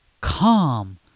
calm